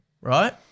right